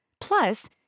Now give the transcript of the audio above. Plus